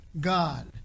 God